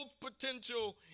potential